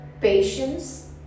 patience